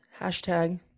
Hashtag